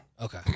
Okay